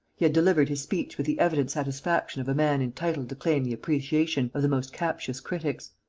he had delivered his speech with the evident satisfaction of a man entitled to claim the appreciation of the most captious critics.